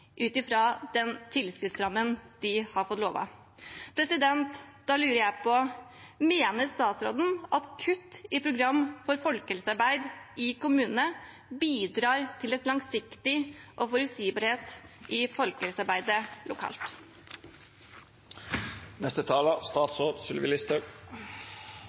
ut fra den tilskuddsrammen vi er blitt lovet. Da lurer jeg på: Mener statsråden at kutt i program for folkehelsearbeid i kommunene bidrar til langsiktighet og forutsigbarhet i folkehelsearbeidet lokalt?